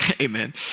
Amen